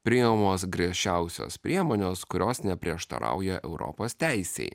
priimamos griežčiausios priemonės kurios neprieštarauja europos teisei